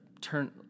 turn